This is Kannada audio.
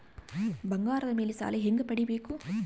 ಬಂಗಾರದ ಮೇಲೆ ಸಾಲ ಹೆಂಗ ಪಡಿಬೇಕು?